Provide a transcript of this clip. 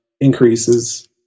increases